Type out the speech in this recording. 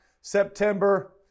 September